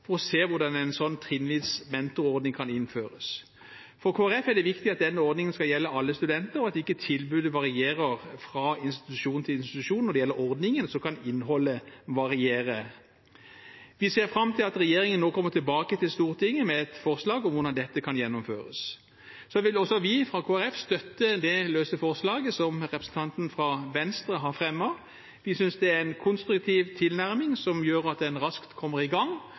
se hvordan en sånn trinnvis mentorordning kan innføres. For Kristelig Folkeparti er det viktig at denne ordningen skal gjelde alle studenter, og at ikke tilbudet varierer fra institusjon til institusjon når det gjelder ordningen. Men innholdet kan variere. Vi ser fram til at regjeringen kommer tilbake til Stortinget med et forslag om hvordan dette kan gjennomføres. Også vi i Kristelig Folkeparti støtter det forslaget som representanten fra Venstre har fremmet. Vi synes det er en konstruktiv tilnærming som gjør at en raskt kommer i gang,